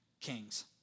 kings